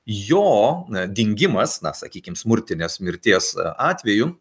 jo dingimas na sakykim smurtinės mirties atveju